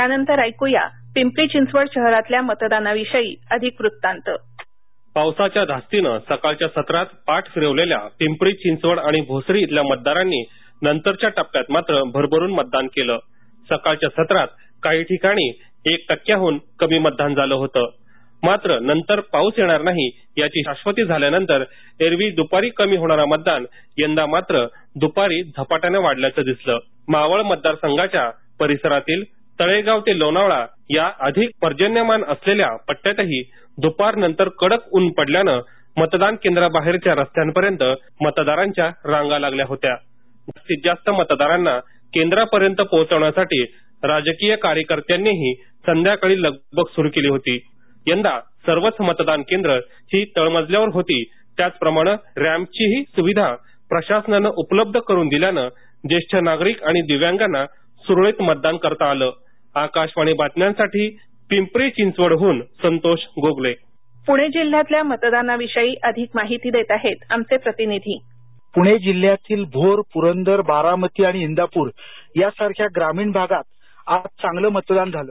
यानंतर ऐकुया पिंपरी चिंचवड शहरातल्या मतदानाविषयी अधिक वृत्तांत पावसाच्या धास्तीने सकाळच्या सत्रात पाठ फिरवलेल्या पिंपरी चिंचवडआणि भोसरी इथल्या मतदारांनी नंतरच्या टप्प्यात मात्र भरभरून मतदान केलं सकाळच्या सत्रात काही ठिकाणी एक टक्क्याह्न कमी मतदान झालं होतं मात्र नंतर पाऊस येणार नाही याची शाश्वती झाल्यानंतर एरवी दृपारी कमी होणारे मतदान यंदा मात्र दृपारी झपाट्याने वाढल्याच दिसलं मावळ मतदार संघाच्या परिसरातील तळेगाव ते लोणावळा या अधिक पर्जन्यमान असलेल्या पट्टयातही दुपारनंतर कडक ऊन पडल्याने मतदान केंद्राबाहेरच्या रस्त्यापर्यंत रांगा लागल्या होत्या जास्तीत जास्त मतदारांना केंद्रापर्यंत पोहोचण्यासाठी कार्यकर्त्यांनीही संध्याकाळी लगबग सुरू केली होती यंदा सर्वच मतदान केंद्र ही तळमजल्यावर होती त्याचप्रमाण रॅम्पचीही सुविधा प्रशासनाने उपलब्ध करून दिल्याने ज्येष्ठ नागरिक आणि दिव्यांगाना सुरळीत मतदान करता आलं आकाशवाणी बातम्यांसाठी पिंपरी चिंचवडहून संतोष गोगले पुणे जिल्ह्यातल्या मतदानाविषयी अधिक माहिती देत आहेत आमचे प्रतिनिधी पूणे जिल्ह्यातील भोर पुरंदर बारामती आणि इंदापूर यासारख्या ग्रामीण भागात आज चांगलं मतदान झालं